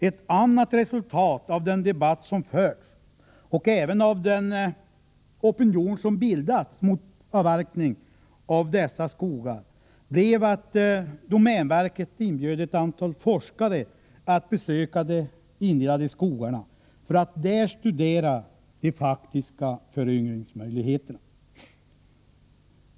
Ett annat resultat av den debatt som förts, och även av den opinion som bildats mot avverkning av dessa skogar, blev att domänverket inbjöd ett antal forskare att besöka de indelade skogarna för att där studera de faktiska föryngringsmöjligheterna.